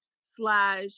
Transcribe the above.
slash